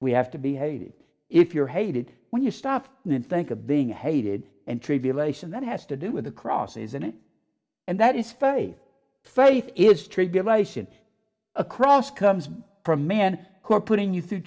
we have to be hated if you're hated when you stop and think of being hated and tribulation that has to do with the cross isn't it and that is faith faith is tribulation across comes from men who are putting you